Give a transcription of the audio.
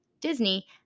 Disney